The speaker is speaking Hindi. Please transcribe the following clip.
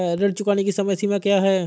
ऋण चुकाने की समय सीमा क्या है?